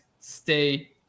stay